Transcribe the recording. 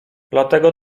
dlatego